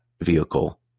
vehicle